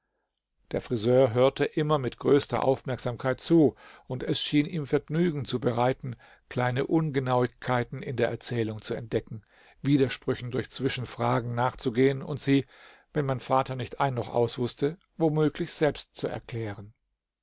der friseur hörte immer mit größter aufmerksamkeit zu und es schien ihm vergnügen zu bereiten kleine ungenauigkeiten in der erzählung zu entdecken widersprüchen durch zwischenfragen nachzugehen und sie wenn mein vater nicht ein noch aus wußte womöglich selbst zu erklären